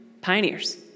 Pioneers